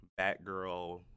Batgirl